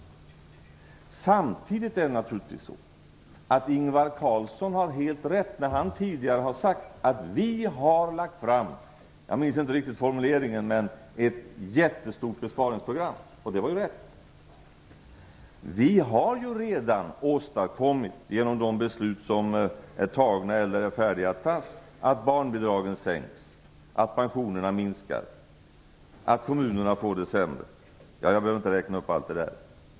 Men samtidigt har Ingvar Carlsson naturligtvis helt rätt i, som han tidigare sagt, att vi har lagt fram - jag minns inte den exakta formuleringen - ett jättestort besparingsprogram. Det är rätt. Vi har ju redan genom beslut som är tagna, eller som är färdiga att tas, åstadkommit att barnbidragen sänks, att pensionerna minskar, att kommunerna får det sämre osv. Jag behöver inte räkna upp allt.